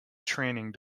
training